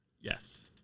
Yes